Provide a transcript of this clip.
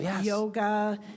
yoga